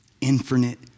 infinite